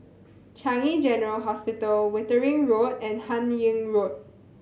Changi General Hospital Wittering Road and Hun Yeang Road